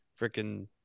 freaking